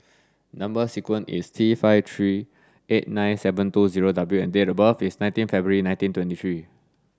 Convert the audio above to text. number sequence is T five three eight nine seven two zero W and date of birth is nineteen February nineteen twenty three